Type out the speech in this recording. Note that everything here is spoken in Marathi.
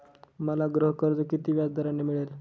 मला गृहकर्ज किती व्याजदराने मिळेल?